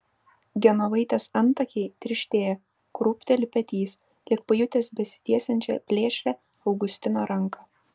genovaitės antakiai tirštėja krūpteli petys lyg pajutęs besitiesiančią plėšrią augustino ranką